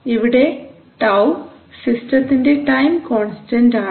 ഇവിടെ τ സിസ്റ്റത്തിന്റെ time constant ആണ്